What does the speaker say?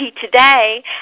today